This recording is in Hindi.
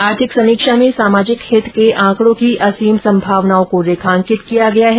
आर्थिक समीक्षा में सामाजिक हित के आंकड़ों की असीम संभावनाओं को रेखांकित किया गया है